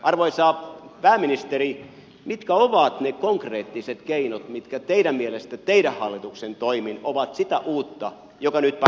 arvoisa pääministeri mitkä ovat ne konkreettiset keinot mitkä teidän mielestänne teidän hallituksenne toimin ovat sitä uutta joka nyt parantaisi tilannetta